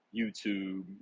YouTube